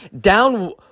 down